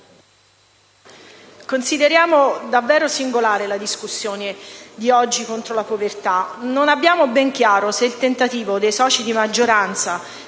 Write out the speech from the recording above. consideriamo davvero singolare la discussione di oggi contro la povertà. Non abbiamo ben chiaro se il tentativo dei soci di maggioranza